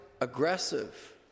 aggressive